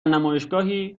نمایشگاهی